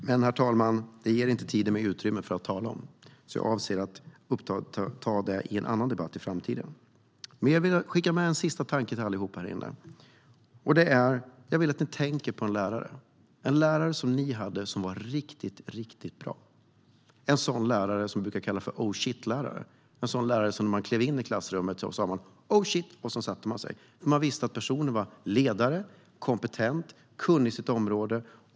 Men, herr talman, det ger tiden inte utrymme för, så jag avser att ta upp det i en annan debatt i framtiden. Jag vill ändå skicka med en sista tanke till alla här inne. Jag vill att ni tänker på en lärare, en lärare som ni hade som var riktigt bra, en sådan lärare som brukar kallas oh shit-lärare, en sådan lärare som när man klev in i klassrummet sa man "oh shit", och så satte man sig, för man visste att personen var ledare, kompetent och kunnig på sitt område.